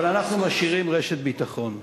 אבל אנחנו משאירים רשת ביטחון,